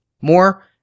More